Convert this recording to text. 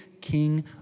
king